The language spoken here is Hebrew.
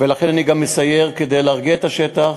ולכן אני גם מסייר כדי להרגיע את השטח.